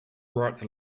rights